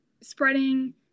spreading